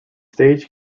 stage